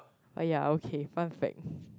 oh yeah okay perfect